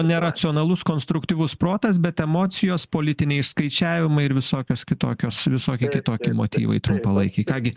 neracionalus konstruktyvus protas bet emocijos politiniai išskaičiavimai ir visokios kitokios visokie kitokie motyvai trumpalaikiai ką gi